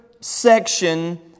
section